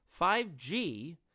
5G